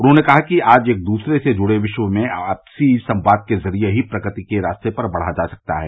उन्होंने कहा कि आज एक दूसरे से जुड़े विश्व में सिर्फ आपसी संवाद के ज़रिए ही प्रगति के रास्ते पर बढ़ा जा सकता है